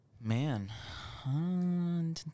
Man